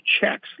checks